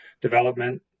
development